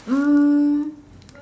um